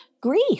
grief